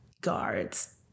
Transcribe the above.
guards